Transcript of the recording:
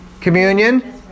Communion